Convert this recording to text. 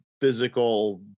physical